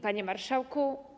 Panie Marszałku!